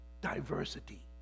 diversity